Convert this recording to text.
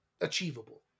achievable